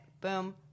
Boom